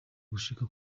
gushika